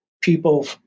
people